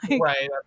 Right